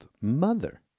mother